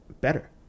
better